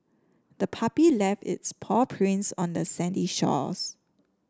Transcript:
the puppy left its paw prints on the sandy shores